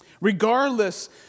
Regardless